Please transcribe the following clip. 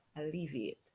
alleviate